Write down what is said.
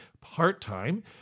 part-time